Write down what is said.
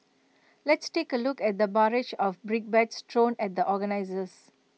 let's take A look at the barrage of brickbats thrown at the organisers